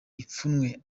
ipfunwe